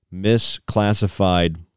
misclassified